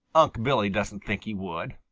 unc' billy doesn't think he would.